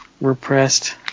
repressed